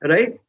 Right